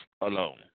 alone